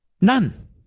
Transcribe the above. None